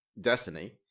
Destiny